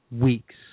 weeks